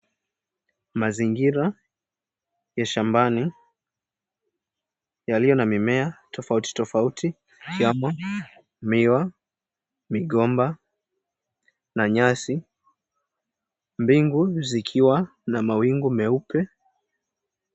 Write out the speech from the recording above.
Mazingira ya shambani yaliyo na mimea tofauti tofautii ikiwemo miwa, migomba na nyasi. Mbingu zikiwa na mawingu meupe.